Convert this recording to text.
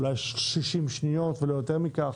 אולי 60 שניות ולא יותר מכך.